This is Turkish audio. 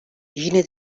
yine